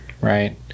Right